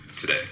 today